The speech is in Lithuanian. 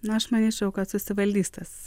na aš manyčiau kad susivaldys tas